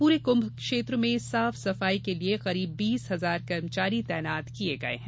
पूरे कुम्भ क्षेत्र में साफ सफाई के लिये करीब बीस हजार कर्मचारी तैनात किये गये हैं